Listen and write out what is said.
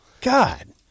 God